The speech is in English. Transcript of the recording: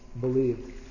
believed